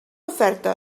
oferta